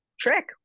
trick